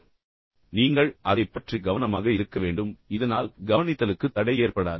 எனவே நீங்கள் அதைப் பற்றி கவனமாக இருக்க வேண்டும் இதனால் கவனித்தலுக்கு தடை ஏற்படாது